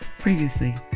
previously